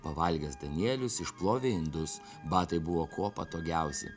pavalgęs danielius išplovė indus batai buvo kuo patogiausi